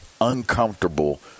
uncomfortable